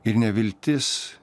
ir neviltis